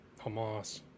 Hamas